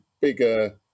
bigger